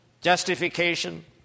Justification